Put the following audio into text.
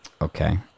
Okay